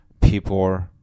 people